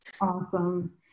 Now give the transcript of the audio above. awesome